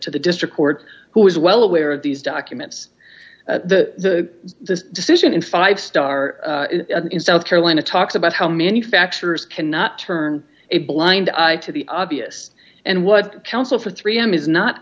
to the district court who is well aware of these documents the decision in five star in south carolina talks about how manufacturers cannot turn a blind eye to the obvious and what counsel for three m is not